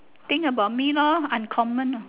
think about me lor uncommon